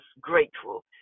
grateful